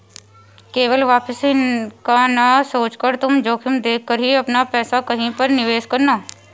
केवल वापसी का ना सोचकर तुम जोखिम देख कर ही अपना पैसा कहीं पर निवेश करना